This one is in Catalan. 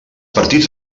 partits